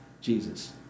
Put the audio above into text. Jesus